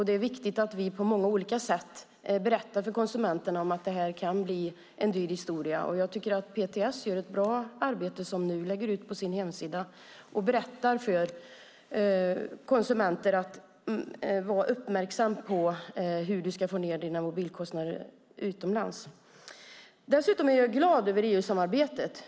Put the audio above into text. Det är viktigt att vi på många olika sätt berättar för konsumenterna att det här kan bli en dyr historia. Jag tycker att PTS gör ett bra arbete som nu lägger ut detta på sin hemsida och uppmanar konsumenter att vara uppmärksamma på hur de ska få ned sina mobilkostnader utomlands. Dessutom är jag glad över EU-samarbetet.